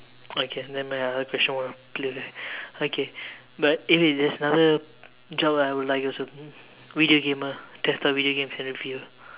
okay nevermind I heard question one clearly okay but if there's another job I would like also video gamer test out video games and review